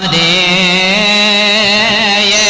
a